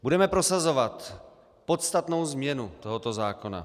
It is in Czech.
Budeme prosazovat podstatnou změnu tohoto zákona.